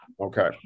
Okay